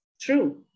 true